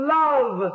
love